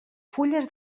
fulles